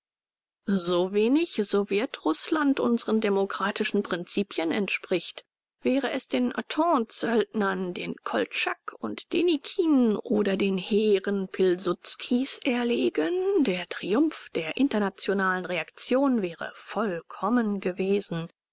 so wenig sowjetrußland unseren demokratischen prinzipien entspricht wäre es den ententesöldnern den koltschak und denikin oder den heeren pilsudskis erlegen der triumph der internationalen reaktion wäre vollkommen gewesen